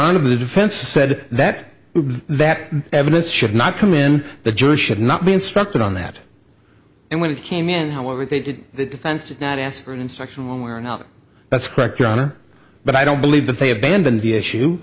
honor the defense said that that evidence should not come in the jury should not be instructed on that and when it came in however they did the defense did not ask for an instruction where not that's correct your honor but i don't believe that they abandoned the issue